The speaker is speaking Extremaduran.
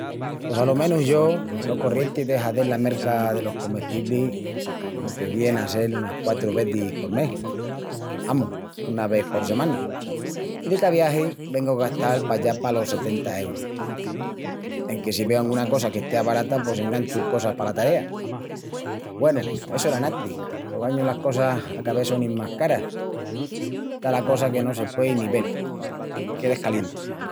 Pos alo menus yo, lo corrienti es de hazel la merca delos comestiblis lo que vien a sel unas quatru vezis por mes, amus, una ves por semana. I de ca viagi vengu a gastal pallá palos setenta eurus, enque si veu anguna cosa qu'estea barata pos enganchu cosas pala tarea. Güenu, essu era enantis, qu'ogañu las cosas a ca ves sonin más caras. Está la cosa que no se puei ni vel. Qué descalientu!